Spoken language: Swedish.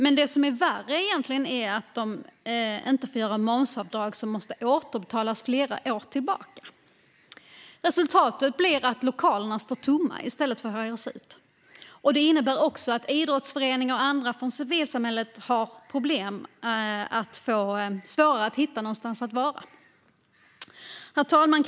Men det som egentligen är värre är att de momsavdrag som har gjorts flera år tillbaka måste återbetalas. Resultatet blir att lokalerna står tomma i stället för att hyras ut. Det innebär också att idrottsföreningar och andra från civilsamhället får svårare att hitta någonstans att vara. Herr talman!